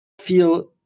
feel